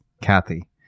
Kathy